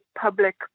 public